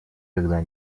когда